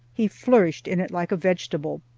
he flourished in it like a vegetable.